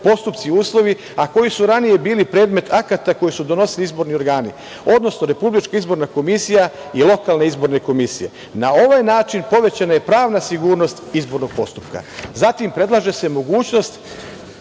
postupci, uslovi, a koji su ranije bili predmet akata koji su donosili izborni organi, odnosno RIK i lokalne izborne komisije. Na ovaj način povećana je pravna sigurnost izbornog postupka. Zatim, predlaže se mogućnost